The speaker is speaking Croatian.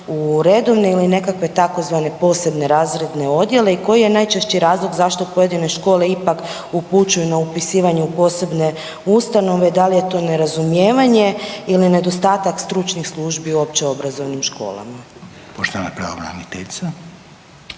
u redovne ili nekakve takozvane posebne razredne odjele i koji je najčešći razlog zašto pojedine škole ipak upućuju na upisivanje u posebne ustanove, da li je to nerazumijevanje ili nedostatak stručnih službi u općeobrazovnim školama? **Reiner, Željko